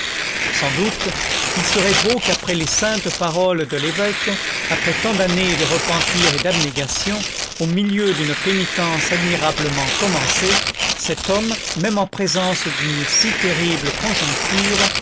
sans doute il serait beau qu'après les saintes paroles de l'évêque après tant d'années de repentir et d'abnégation au milieu d'une pénitence admirablement commencée cet homme même en présence d'une si terrible conjoncture